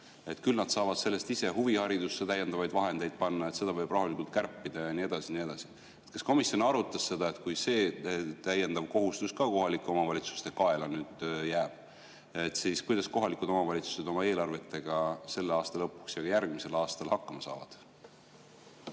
Et küll nad saavad sellest huviharidusse täiendavaid vahendeid panna, seda võib rahulikult kärpida, ja nii edasi ja nii edasi. Kas komisjon arutas seda, et kui ka see täiendav kohustus kohalike omavalitsuste kaela jääb, siis kuidas omavalitsused oma eelarvetega selle aasta lõpuks ja ka järgmisel aastal hakkama saavad?